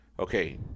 Okay